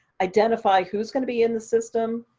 identify who's going to be in the system,